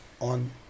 on